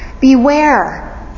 Beware